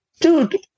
Dude